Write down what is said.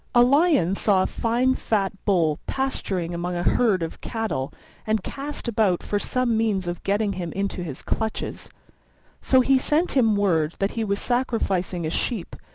a lion saw a fine fat bull pasturing among a herd of cattle and cast about for some means of getting him into his clutches so he sent him word that he was sacrificing a sheep,